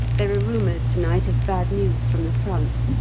there are rumours to-night of bad news from the front,